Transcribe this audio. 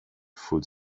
food